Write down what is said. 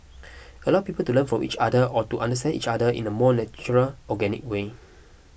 allow people to learn from each other or to understand each other in a more natural organic way